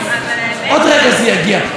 עוד רגע זה יגיע.